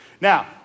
Now